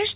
S